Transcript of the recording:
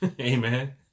Amen